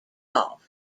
off